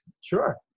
sure